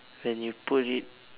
when you put it